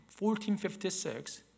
1456